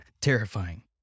terrifying